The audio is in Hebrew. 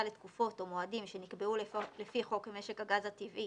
לתקופות או מועדים שנקבעו לפי חוק משק הגז הטבעי